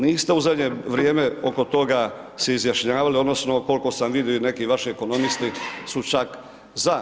Niste u zadnje vrijeme oko toga se izjašnjavali, onda, koliko sam vidio i neki vaši ekonomisti su čak za.